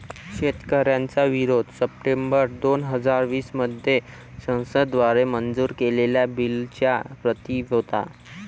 शेतकऱ्यांचा विरोध सप्टेंबर दोन हजार वीस मध्ये संसद द्वारे मंजूर केलेल्या बिलच्या प्रति होता